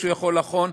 שהוא יכול לחון,